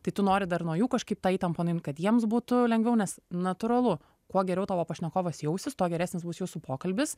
tai tu nori dar nuo jų kažkaip tą įtampą nuimt kad jiems būtų lengviau nes natūralu kuo geriau tavo pašnekovas jausis tuo geresnis bus jūsų pokalbis